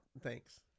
Thanks